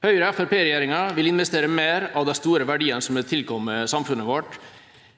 Høyre–Fremskrittsparti-regjeringa vil investere mer av de store verdiene som er tilkommet samfunnet vårt,